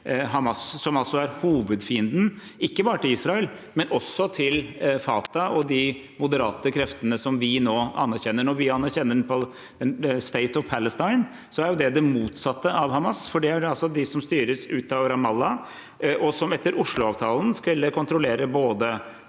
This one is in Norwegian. bare er hovedfienden til Israel, men også til Fatah og de moderate kreftene som vi nå anerkjenner. Når vi anerkjenner State of Palestine, er det det motsatte av Hamas, for det er de som styres fra Ramallah, og som etter Oslo-avtalen skulle kontrollere både